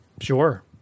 Sure